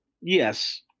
yes